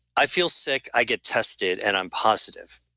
i feel sick, i get tested, and i'm positive